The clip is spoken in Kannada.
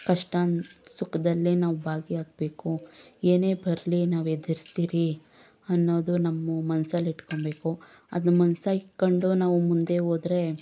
ಕಷ್ಟ ಸುಖದಲ್ಲಿ ನಾವು ಭಾಗಿಯಾಗ್ಬೇಕು ಏನೇ ಬರಲಿ ನಾವು ಎದ್ರುಸ್ತೀವಿ ಅನ್ನೋದು ನಮ್ಮ ಮನ್ಸಲ್ಲಿ ಇಟ್ಕೊಳ್ಬೇಕು ಅದನ್ನು ಮನ್ಸಲ್ಲಿ ಇಟ್ಕೊಂಡು ನಾವು ಮುಂದೆ ಹೋದ್ರೆ